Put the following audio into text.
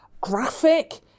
graphic